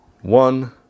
one